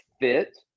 fit